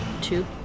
Two